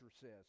says